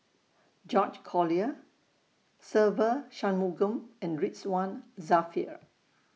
George Collyer Se Ve Shanmugam and Ridzwan Dzafir